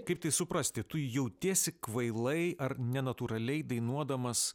kaip tai suprasti tu jautiesi kvailai ar nenatūraliai dainuodamas